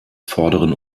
vorderen